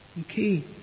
Okay